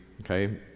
okay